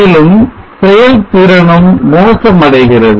மேலும் செயல்திறனும் மோசமடைகிறது